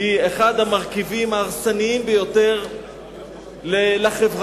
הוא אחד המרכיבים ההרסניים ביותר לחברה,